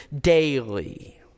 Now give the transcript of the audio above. daily